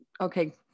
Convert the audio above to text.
okay